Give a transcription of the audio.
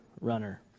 runner